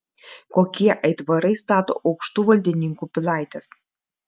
kokie aitvarai stato aukštų valdininkų pilaites